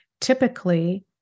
typically